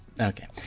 Okay